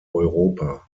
europa